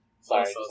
Sorry